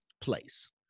place